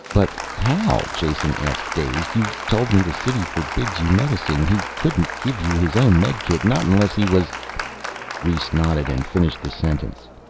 but how? jason asked, dazed. you told me the city forbids you medicine. he couldn't give you his own medikit. not unless he was rhes nodded and finished the sentence.